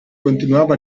continuava